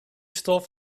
stof